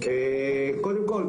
קודם כול,